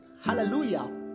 hallelujah